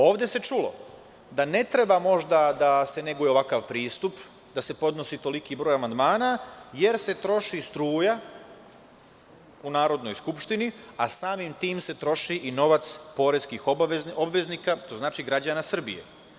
Ovde se čulo da ne treba možda da se neguje ovakav pristup, da se podnosi toliki broj amandmana, jer se troši struja u Narodnoj skupštini, a samim tim se troši i novac poreskih obveznika, a to znači građana Srbije.